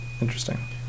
Interesting